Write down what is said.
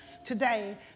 today